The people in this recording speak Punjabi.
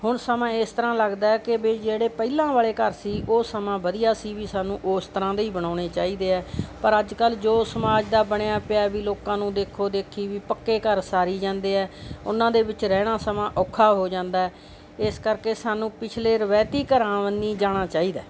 ਹੁਣ ਸਗੋਂ ਇਸ ਤਰ੍ਹਾਂ ਲੱਗਦਾ ਕਿ ਵੀ ਜਿਹੜੇ ਪਹਿਲਾਂ ਵਾਲੇ ਘਰ ਸੀ ਉਹ ਸਮਾਂ ਵਧੀਆ ਸੀ ਵੀ ਸਾਨੂੰ ਉਸ ਤਰ੍ਹਾਂ ਦੇ ਹੀ ਬਣਾਉਣੇ ਚਾਹੀਦੇ ਆ ਪਰ ਅੱਜ ਕੱਲ੍ਹ ਜੋ ਸਮਾਜ ਦਾ ਬਣਿਆ ਪਿਆ ਵੀ ਲੋਕਾਂ ਨੂੰ ਦੇਖੋ ਦੇਖੀ ਵੀ ਪੱਕੇ ਘਰ ਉਸਾਰੀ ਜਾਂਦੇ ਆ ਉਹਨਾਂ ਦੇ ਵਿੱਚ ਰਹਿਣਾ ਸਗੋਂ ਔਖਾ ਹੋ ਜਾਂਦਾ ਇਸ ਕਰਕੇ ਸਾਨੂੰ ਪਿਛਲੇ ਰਵਾਇਤੀ ਘਰਾਂ ਵੱਲ ਜਾਣਾ ਚਾਹੀਦਾ